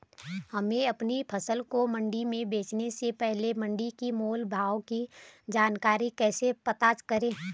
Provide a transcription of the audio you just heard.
हमें अपनी फसल को मंडी में बेचने से पहले मंडी के मोल भाव की जानकारी कैसे पता करें?